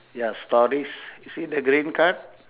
ya stories you see the green card